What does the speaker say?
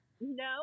no